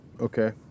Okay